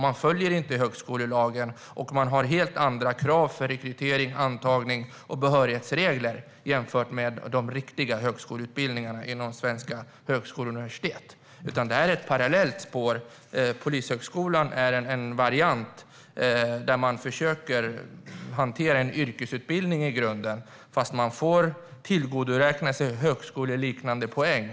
Man följer inte högskolelagen, och man har helt andra krav för rekrytering, antagning och behörighet jämfört med de riktiga högskoleutbildningarna inom svenska högskolor och universitet. Det är alltså ett parallellt spår. Polishögskolan är en variant där man försöker hantera det som i grunden är en yrkesutbildning men där studenterna får tillgodoräkna sig högskoleliknande poäng.